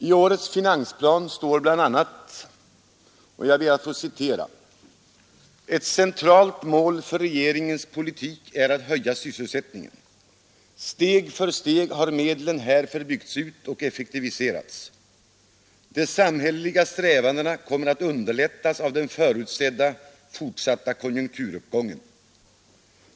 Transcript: I årets finansplan står bl.a. följande: ”Ett centralt mål för regeringens politik är att höja sysselsättningen. Steg för steg har medlen härför byggts ut och effektiviserats. De samhälleliga strävandena kommer att underlättas av den förutsedda, fortsatta konjunkturuppgången.